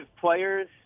players